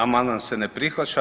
Amandman se ne prihvaća.